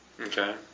Okay